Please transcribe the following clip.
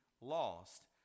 lost